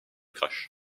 crash